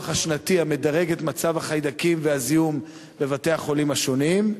השנתי המדרג את מצב החיידקים והזיהום בבתי-החולים השונים?